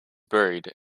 buried